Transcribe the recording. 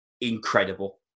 incredible